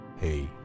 Hey